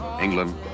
England